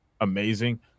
amazing